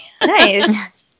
Nice